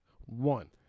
One